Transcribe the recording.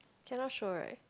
cannot show right